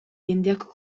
jendeak